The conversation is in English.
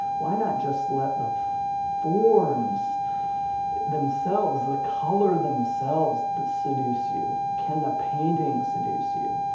why not just let the forms themselves, the color themselves that seduce you? can the painting seduce you?